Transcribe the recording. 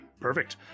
Perfect